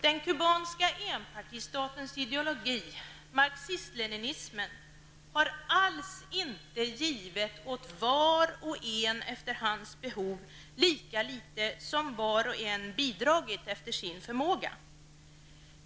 Den kubanske enpartistatens ideologi, marxismleninismen, har alls inte givit åt var och en efter hans behov, lika litet som var och en bidragit efter sin förmåga.